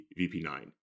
VP9